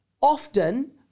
often